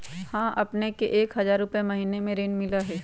हां अपने के एक हजार रु महीने में ऋण मिलहई?